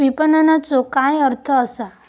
विपणनचो अर्थ काय असा?